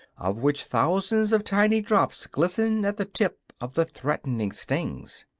of which thousands of tiny drops glisten at the tip of the threatening stings.